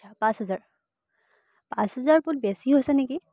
পাঁচ হাজাৰ পাঁচ হাজাৰ বহুত বেছি হৈছে নেকি